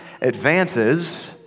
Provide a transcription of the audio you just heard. advances